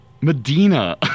Medina